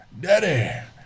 Daddy